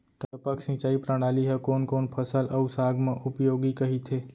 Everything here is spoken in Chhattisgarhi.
टपक सिंचाई प्रणाली ह कोन कोन फसल अऊ साग म उपयोगी कहिथे?